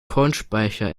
kornspeicher